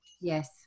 Yes